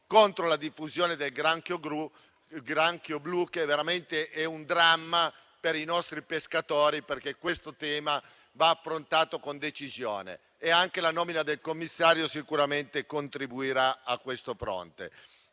contro la diffusione del granchio blu che è veramente un dramma per i nostri pescatori e rappresenta un tema che va affrontato con decisione. La nomina del commissario sicuramente contribuirà su questo fronte.